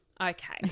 Okay